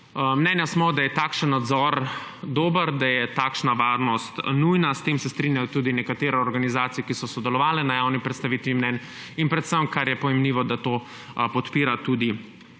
Mnenja smo, da je takšen nadzor dober, da je takšna varnost nujna. S tem se strinjajo tudi nekatere organizacije, ki so sodelovale na javni predstavitvi mnenj, in predvsem, kar je pojmljivo, da to podpira tudi